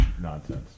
nonsense